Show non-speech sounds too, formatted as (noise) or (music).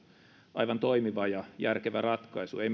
aivan toimiva ja järkevä ratkaisu ei (unintelligible)